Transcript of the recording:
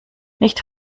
nicht